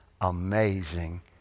amazing